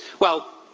well,